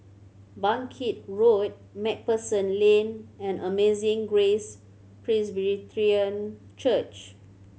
Bangkit Road Macpherson Lane and Amazing Grace Presbyterian Church